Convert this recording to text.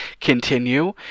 continue